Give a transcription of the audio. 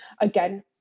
Again